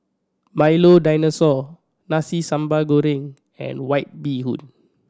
Milo Dinosaur Nasi Sambal Goreng and White Bee Hoon